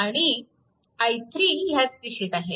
आणि i3 ह्याच दिशेने आहे